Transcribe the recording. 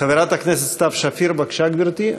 חברת הכנסת סתיו שפיר, בבקשה, גברתי.